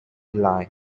lie